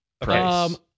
Price